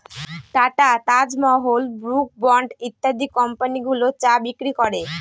tata, Taj Mahal, Brooke Bond ইত্যাদি company গুলো চা বিক্রি করে